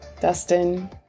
Dustin